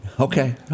Okay